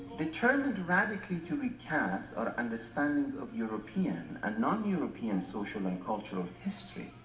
determined to radically to recast our understanding of european and non-european social and cultural history,